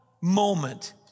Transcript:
moment